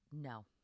No